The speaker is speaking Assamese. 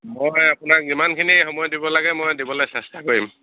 মই আপোনাক যিমানখিনি সময় দিব লাগে মই দিবলে চেষ্টা কৰিম